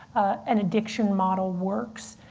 an addiction model works.